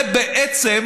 זה בעצם